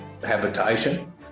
habitation